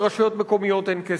לרשויות מקומיות אין כסף,